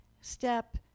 step